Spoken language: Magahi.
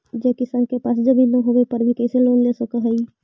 जे किसान के पास जमीन न होवे पर भी कैसे लोन ले सक हइ?